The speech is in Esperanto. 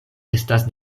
estas